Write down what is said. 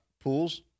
pools